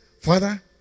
Father